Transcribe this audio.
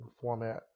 format